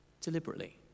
deliberately